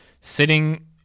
sitting